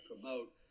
promote